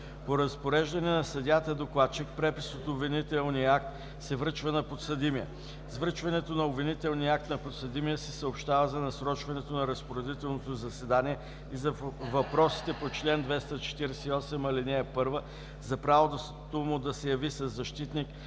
По разпореждане на съдията-докладчик препис от обвинителния акт се връчва на подсъдимия. С връчването на обвинителния акт на подсъдимия се съобщава за насрочването на разпоредителното заседание и за въпросите по чл. 248, ал. 1, за правото му да се яви със защитник